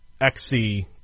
XC